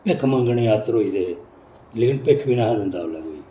भिक्ख मंगने दे आत्तर होई दे हे लेकिन भिक्ख बी नेईं हा दिंदा उसलै कोई